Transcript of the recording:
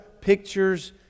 pictures